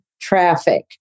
traffic